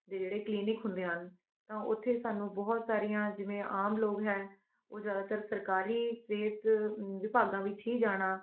ਦੇ ਜਿਹੜੇ ਕਲੀਨਿਕ ਹੁੰਦੇ ਹਨ ਤਾਂ ਉੱਥੇ ਸਾਨੂੰ ਬਹੁਤ ਸਾਰੀਆਂ ਜਿਵੇਂ ਆਮ ਲੋਕ ਹੈ ਓਹ ਜ਼ਿਆਦਾਤਰ ਸਰਕਾਰੀ ਸਿਹਤ ਵਿਭਾਗਾਂ ਵਿੱਚ ਹੀ ਜਾਣਾ